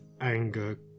anger